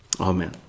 Amen